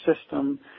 system